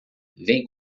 vem